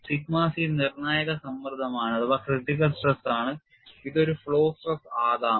Sigma c നിർണ്ണായക സമ്മർദ്ദമാണ് ഇത് ഒരു ഫ്ലോ സ്ട്രെസ് ആകാം